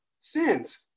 sins